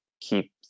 keep